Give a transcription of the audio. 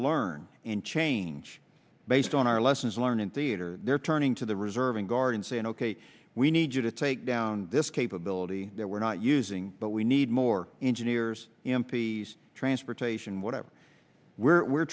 learn and change based on our lessons learned in theater they're turning to the reserve and guard and saying ok we need you to take down this capability that we're not using but we need more engineers impedes transportation whatever we're